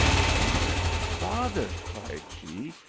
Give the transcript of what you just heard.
father! father! cried she,